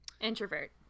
introvert